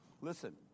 Listen